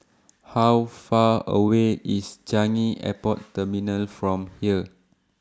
How Far away IS Changi Airport Terminal from here